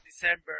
December